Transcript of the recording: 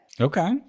Okay